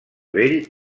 vell